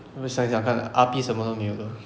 你有没有想一想看 R_P 什么都没有的